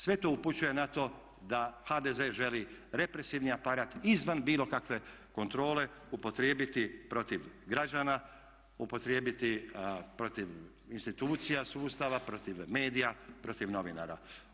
Sve to upućuje na to da HDZ želi represivni aparat izvan bilo kakve kontrole upotrijebiti protiv građana, upotrijebiti protiv institucija sustava, protiv medija, protiv novinara.